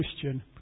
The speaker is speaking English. Christian